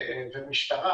ומשטרה,